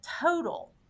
total